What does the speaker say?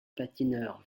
patineurs